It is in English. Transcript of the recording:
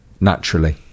Naturally